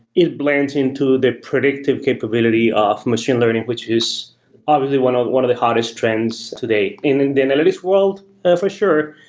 it blends into the predictive capability of machine learning, which his obviously one ah one of the hardest trends today in and the analytics world for today,